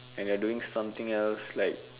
and you're doing something else like